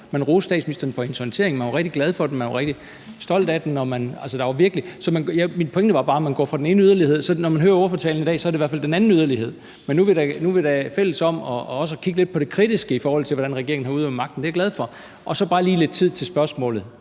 Man roste statsministeren for hendes håndtering, man var rigtig glad for den, man var rigtig stolt af den. Min pointe var bare, at man går fra den ene yderlighed til den anden. Når man hører ordførertalen i dag, er det i hvert fald den anden yderlighed. Men nu er vi da fælles om også at kigge lidt på det kritiske, i forhold til hvordan regeringen har udøvet magten, og det er jeg glad for. Så er der bare lige lidt tid til spørgsmålet,